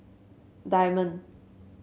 diamond